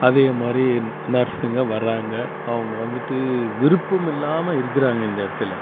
அதேமாதிரி நர்ஸுங்க வர்றாங்க அவங்க வந்துட்டு விருப்பம் இல்லாமல் இருக்கிறாங்க இந்த இடத்துல